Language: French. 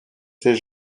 ses